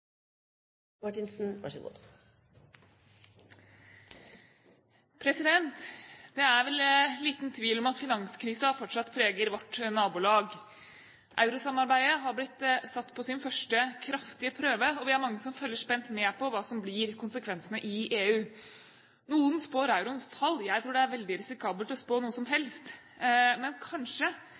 Det er vel liten tvil om at finanskrisen fortsatt preger vårt nabolag. Eurosamarbeidet har blitt satt på sin første kraftige prøve, og vi er mange som følger spent med på hva som blir konsekvensene i EU. Noen spår euroens fall – jeg tror det er veldig risikabelt å spå noe som helst. Men kanskje